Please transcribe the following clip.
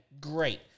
great